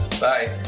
bye